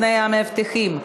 תנאי המאבטחים),